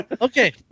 Okay